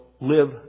live